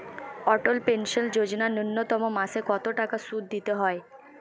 অটল pension Yojana ন্যূনতম মাসে কত টাকা সুধ দিতে হয়?